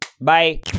Bye